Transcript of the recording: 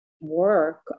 work